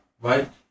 right